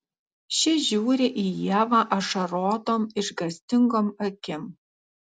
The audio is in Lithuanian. ši žiūri į ievą ašarotom išgąstingom akim